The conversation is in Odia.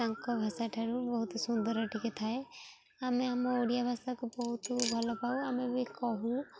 ତାଙ୍କ ଭାଷା ଠାରୁ ବହୁତ ସୁନ୍ଦର ଟିକେ ଥାଏ ଆମେ ଆମ ଓଡ଼ିଆ ଭାଷାକୁ ବହୁତ ଭଲ ପାଉ ଆମେ ବି କହୁ